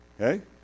Okay